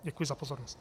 Děkuji za pozornost.